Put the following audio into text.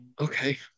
Okay